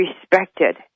respected